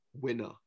winner